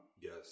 Yes